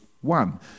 one